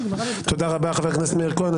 תודה רבה חבר הכנסת מאיר כהן.